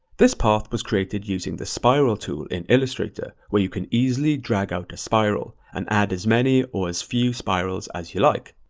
this path was created using the spiral tool in illustrator, where you can easily drag out a spiral and add as many or as few spiral as as you like.